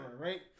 right